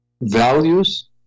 Values